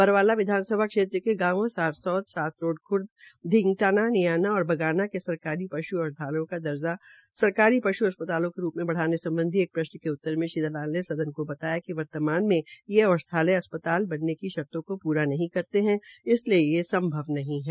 बरवाला विधानसभा क्षेत्र में गांवों सारसौध सात रोड खर्द घींतगताना निचाना और बगाना के सरकारी पश् औषधालयों का दर्जा सरकारी पश् अस्पताल के रूप् में बढ़ाने सम्बधी एक प्रश्न के उत्तर में श्री दलाल ने सदन को बताया कि वर्तमान में औषद्यालय अस्पताल बनने की शर्तो को पूरा नहीं करते इसलिये से संभव नहीं है